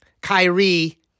Kyrie